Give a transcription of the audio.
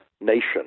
nation